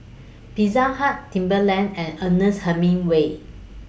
Pizza Hut Timberland and Ernest Hemingway